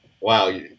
Wow